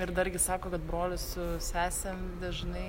ir dar gi sako kad brolis su sesėm dažnai